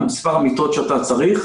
מספר המיטות שאתה צריך,